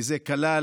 כי זה כלל